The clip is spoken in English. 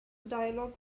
dialogue